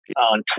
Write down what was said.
on